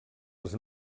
les